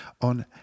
on